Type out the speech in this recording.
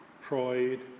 pride